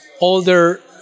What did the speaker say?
older